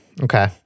Okay